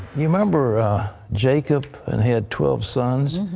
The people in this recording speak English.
remember jacob and he had twelve sons.